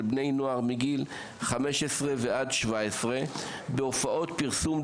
בני נוער מגיל 17-15 בהופעות פרסום,